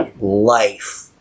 life